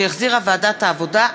שהחזירה ועדת העבודה,